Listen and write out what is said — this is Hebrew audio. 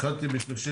התחלתי ב-30